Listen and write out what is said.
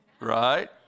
right